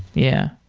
yeah,